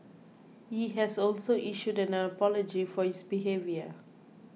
he has also issued an apology for his behaviour